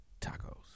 tacos